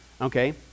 okay